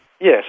Yes